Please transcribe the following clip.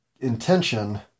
intention